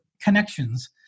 connections